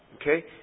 Okay